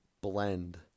blend